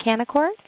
Canaccord